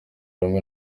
hamwe